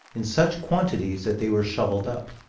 in such quantities that they were shoveled up.